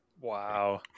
Wow